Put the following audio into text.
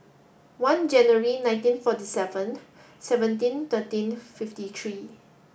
one January nineteen forty seven seventeen thirteen fifty three